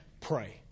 Pray